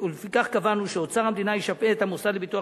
ולפיכך קבענו שאוצר המדינה ישפה את המוסד לביטוח